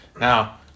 Now